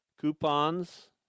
Coupons